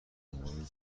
مورد